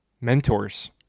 Mentors